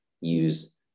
use